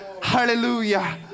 hallelujah